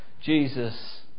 Jesus